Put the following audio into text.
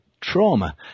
trauma